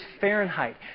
Fahrenheit